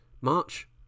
March